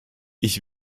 ich